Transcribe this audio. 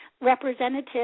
representative